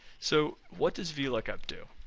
so, what does vlookup do?